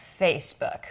Facebook